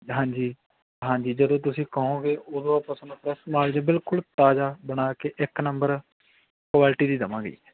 ਹਾਂਜੀ ਹਾਂਜੀ ਜਦੋਂ ਤੁਸੀਂ ਕਹੋਗੇ ਉਦੋਂ ਆਪਾਂ ਸਮਾਨ ਜੀ ਬਿਲਕੁਲ ਤਾਜ਼ਾ ਬਣਾ ਕੇ ਇੱਕ ਨੰਬਰ ਕੁਆਲਟੀ ਦੀ ਦੇਵਾਂਗੇ ਜੀ